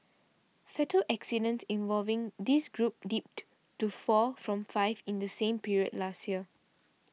fatal accidents involving this group dipped to four from five in the same period last year